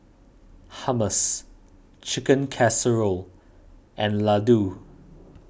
Hummus Chicken Casserole and Ladoo